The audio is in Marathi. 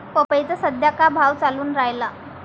पपईचा सद्या का भाव चालून रायला?